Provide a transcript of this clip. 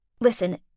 Listen